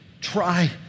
try